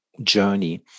journey